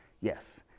Yes